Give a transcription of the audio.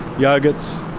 yoghurts,